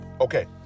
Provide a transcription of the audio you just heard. Okay